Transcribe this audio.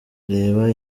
reba